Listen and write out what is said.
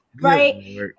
right